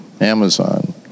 Amazon